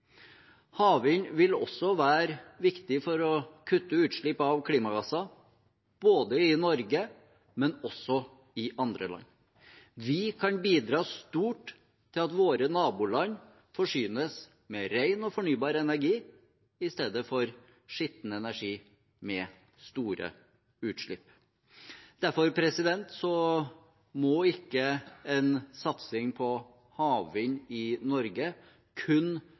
Havvind vil også være viktig for å kutte utslipp av klimagasser både i Norge og i andre land. Vi kan bidra stort til at våre naboland forsynes med ren og fornybar energi i stedet for skitten energi med store utslipp. Derfor må ikke en satsing på havvind i Norge kun